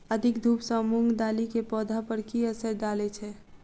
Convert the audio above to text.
अधिक धूप सँ मूंग दालि केँ पौधा पर की असर डालय छै?